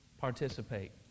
participate